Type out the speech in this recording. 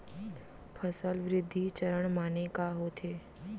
फसल वृद्धि चरण माने का होथे?